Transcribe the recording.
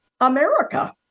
America